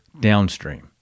downstream